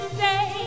say